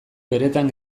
beretan